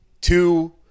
two